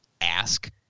ask